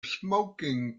smoking